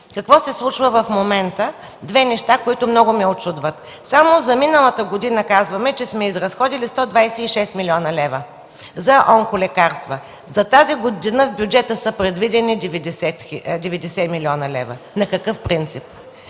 Какво се случва в момента – две неща, които много ме учудват? Само за миналата година казваме, че сме изразходили 126 млн. лв. за онколекарства. За тази година в бюджета са предвидени 90 млн. лв. На какъв принцип?